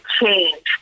change